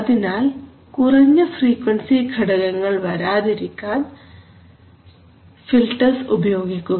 അതിനാൽ കുറഞ്ഞ ഫ്രീക്വൻസി ഘടകങ്ങൾ വരാതിരിക്കാൻ ഫിൽട്ടർസ് ഉപയോഗിക്കുക